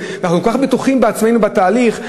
ואנחנו כל כך בטוחים בעצמנו בתהליך,